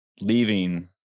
leaving